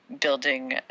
building